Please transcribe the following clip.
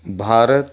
Bharat